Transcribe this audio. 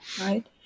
Right